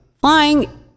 flying